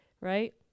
right